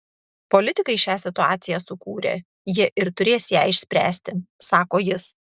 politikai šią situaciją sukūrė jie ir turės ją išspręsti sako jis